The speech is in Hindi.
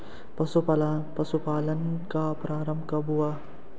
पशुपालन का प्रारंभ कब हुआ?